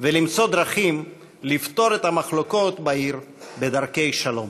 ולמצוא דרכים לפתור את המחלוקות בעיר בדרכי שלום.